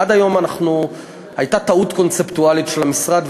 עד היום הייתה טעות קונספטואלית של המשרד,